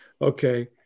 okay